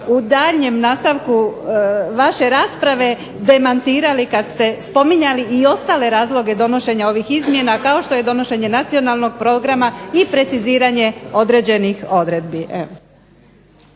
u daljnjem nastavku vaše rasprave demantirali kad ste spominjali i ostale razloge donošenja ovih izmjena kao što je donošenje Nacionalnog programa i preciziranje određenih odredbi.